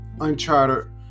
Uncharted